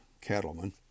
cattlemen